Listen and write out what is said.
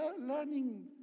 learning